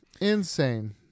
Insane